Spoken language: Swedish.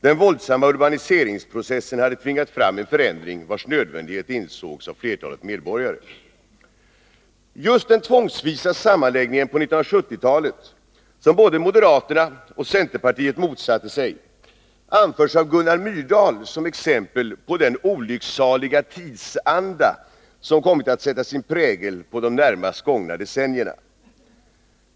Den våldsamma urbaniseringsprocessen hade tvingat fram en förändring, vars nödvändighet insågs av flertalet medborgare. Just den tvångsvisa sammanläggningen på 1970-talet, som både moderaterna och centerpartiet motsatte sig, anförs av Gunnar Myrdal som exempel på den olycksaliga ”tidsanda” som kommit att sätta sin prägel på de närmast föregående decennierna.